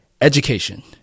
education